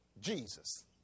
Jesus